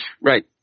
right